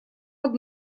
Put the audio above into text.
под